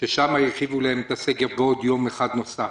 שהסגר שלהם הורחב ביום נוסף.